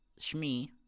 Shmi